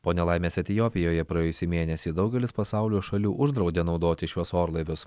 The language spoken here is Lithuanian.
po nelaimės etiopijoje praėjusį mėnesį daugelis pasaulio šalių uždraudė naudoti šiuos orlaivius